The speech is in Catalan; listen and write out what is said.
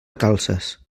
calces